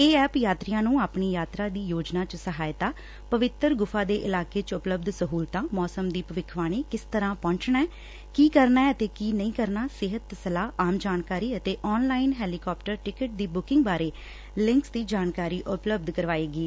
ਇਹ ਐਪ ਯਾਤਰੀਆਂ ਨੂੰ ਆਪਣੀ ਯਾਤਰਾ ਦੀ ਯੋਜਨਾ ਚ ਸਹਾਇਤਾ ਪਵਿੱਤਰ ਗੁਫਾ ਦੇ ਇਲਾਕੇ ਚ ਉਪਲਬਧ ਸਹੁਲਤਾ ਮੌਸਮ ਦੀ ਭਵਿੱਖਬਾਣੀ ਕਿਸ ਤਰਾਂ ਪਹੰਚਣਾ ਐ ਕੀ ਕਰਨਾ ਅਤੇ ਅਤੇ ਕੀ ਨਹੀਂ ਕਰਨਾ ਸਿਹਤ ਸੋਲਾਹ ਆਮ ਜਾਣਕਾਰੀ ਅਤੇ ਆਨ ਲਾਈਨ ਹੈਲੀਕਾਪਟਰ ਟਿਕਟ ਦੀ ਬੁਕਿੰਗ ਬਾਰੇ ਲਿੰਕਸ ਦੀ ਜਾਣਕਾਰੀ ਉਪਲਬਧ ਕਰਾਏਗੀ